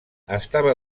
estava